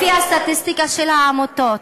לפי הסטטיסטיקה של העמותות,